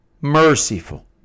merciful